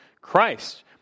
Christ